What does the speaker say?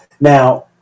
now